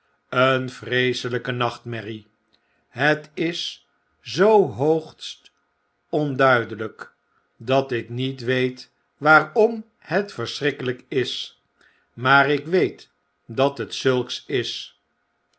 vreeselpe nachtmerrie het is zoo hoogst onduidelp dat ik niet weet waarom het verschrikkelijk is maar ik weet dat het zulks is